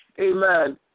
Amen